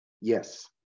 Yes